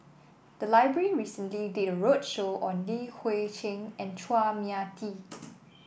the library recently did a roadshow on Li Hui Cheng and Chua Mia Tee